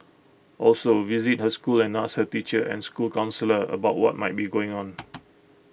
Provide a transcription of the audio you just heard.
also visit her school and ask her teacher and school counsellor about what might be going on